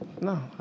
No